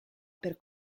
per